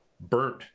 burnt